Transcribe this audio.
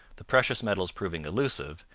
the precious metals proving illusive,